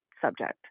subject